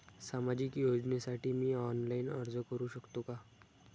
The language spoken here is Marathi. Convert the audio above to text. सामाजिक योजनेसाठी मी ऑनलाइन अर्ज करू शकतो का?